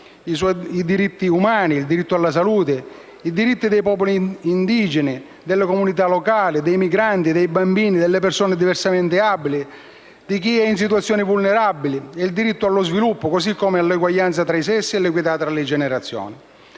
diritti umani, il diritto alla salute, i diritti dei popoli indigeni, delle comunità locali, dei migranti, dei bambini, delle persone diversamente abili, di chi è in situazioni vulnerabili e il diritto allo sviluppo, così come l'eguaglianza tra i sessi e l'equità tra le generazioni.